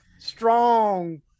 Strong